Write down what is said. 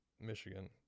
Michigan